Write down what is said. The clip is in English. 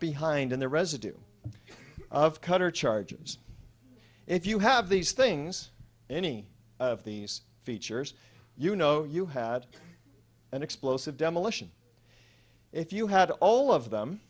behind and the residue of cutter charges if you have these things any of these features you know you had an explosive demolition if you had all of